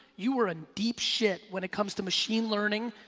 you are in deep shit when it comes to machine learning,